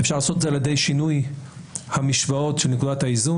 אפשר לעשות את זה על ידי שינוי המשוואות של נקודת האיזון,